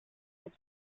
this